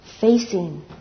facing